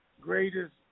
greatest